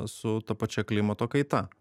su ta pačia klimato kaita